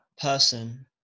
person